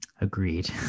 Agreed